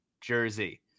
jersey